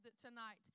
tonight